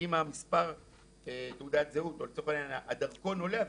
אם מספר תעודת הזהות או לצורך העניין מספר הדרכון עולה,